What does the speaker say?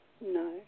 No